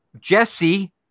Jesse